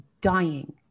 dying